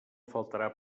faltarà